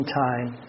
time